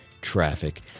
Traffic